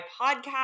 podcast